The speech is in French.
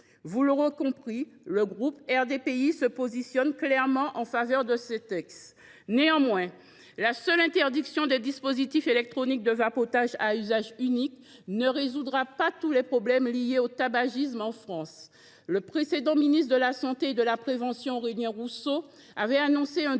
mes chers collègues, le groupe RDPI se positionne clairement en faveur de ce texte. Néanmoins, la seule interdiction des dispositifs électroniques de vapotage à usage unique ne résoudra pas tous les problèmes liés au tabagisme en France. Le précédent ministre de la santé et de la prévention, Aurélien Rousseau, avait annoncé un